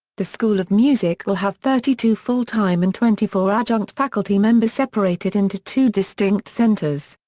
the school of music will have thirty two full-time and twenty four adjunct faculty members separated into two distinct centers.